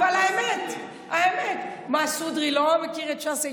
מי שאמר את זה לא קשור לש"ס.